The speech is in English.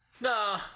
No